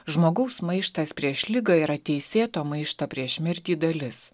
žmogaus maištas prieš ligą yra teisėto maišto prieš mirtį dalis